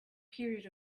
period